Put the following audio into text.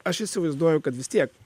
aš įsivaizduoju kad vis tiek